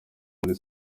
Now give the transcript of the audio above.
muri